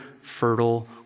fertile